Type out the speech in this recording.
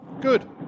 Good